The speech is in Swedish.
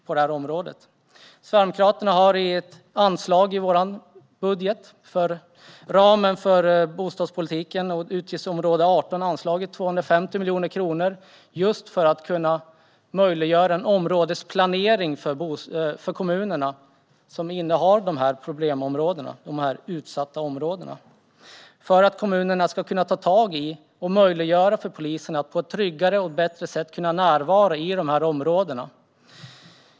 Vi i Sverigedemokraterna har i ett anslag i vår budget inom ramen för bostadspolitiken inom utgiftsområde 18 anslagit 250 miljoner kronor för att just möjliggöra en områdesplanering för de kommuner där de utsatta områdena finns, för att kommunerna ska kunna ta tag i problemen och möjliggöra för poliserna att på ett tryggare och bättre sätt närvara i dessa områden.